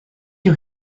you